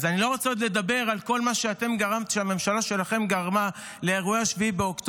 אני לא רוצה לדבר על כל מה שהממשלה שלכם גרמה לאירועי 7 באוקטובר.